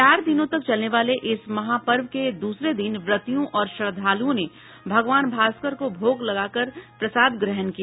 चार दिनों तक चलने वाले इस महापर्व के दूसरे दिन व्रतियों और श्रद्धालुओं ने भगवान भास्कर को भोग लगाकर प्रसाद ग्रहण किया